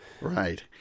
Right